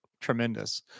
tremendous